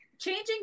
Changing